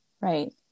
Right